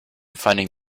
finding